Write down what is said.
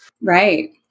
right